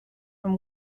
from